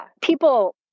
People